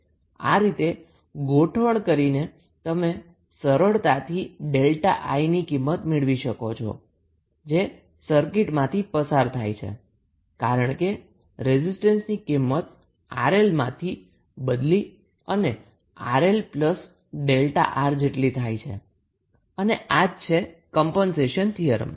આ રીતે ગોઠવણ કરી તમે સરળતાથી 𝛥𝐼 ની કિમત મેળવી શકો છો જે સર્કિટમાંથી પસાર થાય છે કારણ કે રેઝિસ્ટન્સની કિંમત 𝑅𝐿 માંથી બદલી અને 𝑅𝐿𝛥𝑅 થાય છે અને આ જ છે કમ્પન્સેશન થીયરમ